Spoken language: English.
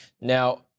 Now